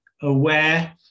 aware